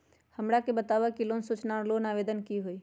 हमरा के बताव कि लोन सूचना और लोन आवेदन की होई?